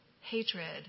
Hatred